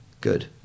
good